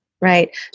right